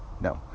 No